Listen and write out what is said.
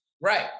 Right